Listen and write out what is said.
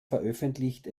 veröffentlicht